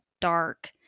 dark